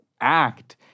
act